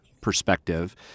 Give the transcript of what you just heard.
perspective